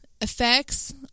effects